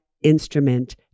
instrument